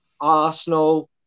Arsenal